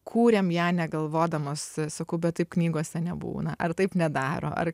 kūrėm ją negalvodamos sakau bet taip knygose nebūna ar taip nedaro ar